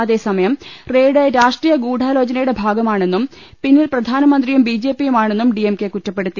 അതേസമയം റെയ്ഡ് രാഷ്ട്രീയ ഗൂഢാലോചനയുടെ ഭാഗമാ ണെന്നും പിന്നിൽ പ്രധാനമന്ത്രിയും ബി ജെ പിയുമാണെന്ന് ഡി എം കെ കുറ്റപ്പെടുത്തി